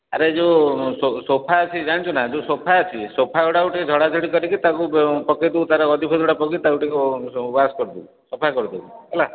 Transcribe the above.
ଆରେ ଯେଉଁ ସୋଫା ଅଛି ଜାଣିଛୁ ନା ଯେଉଁ ସୋଫା ଅଛି ସୋଫାଗୁଡ଼ାକୁ ଟିକିଏ ଝଡ଼ା ଝଡ଼ି କରିକି ତାକୁ ପକେଇଦେବୁ ତା'ର ଗଦି ଫଦିଗୁଡ଼ା ପକେଇ ତାକୁ ଟିକିଏ ୱାସ୍ କରିଦେବୁ ସଫା କରିଦେବୁ ହେଲା